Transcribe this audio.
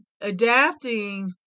adapting